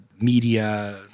media